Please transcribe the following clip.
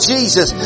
Jesus